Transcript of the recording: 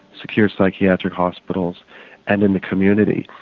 secure psychiatric hospitals and in the community.